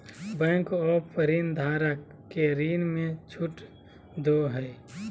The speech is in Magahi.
बैंक अपन ऋणधारक के ऋण में छुट दो हइ